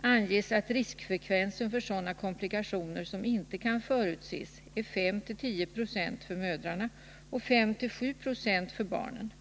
anges att riskfrekvensen för sådana komplikationer som inte kan förutses är 5-10 20 för mödrarna och 5-7 2 för barnen.